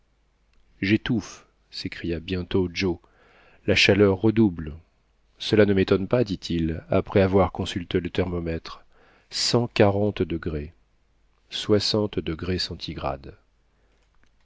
j'étouffe s'écria bientôt joe la chaleur redouble cela ne m'étonne pas dit-il après avoir consulté le thermomètre cent quarante degrés